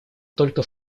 только